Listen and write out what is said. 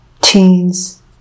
teens